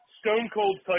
stone-cold